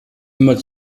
immer